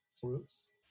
fruits